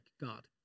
God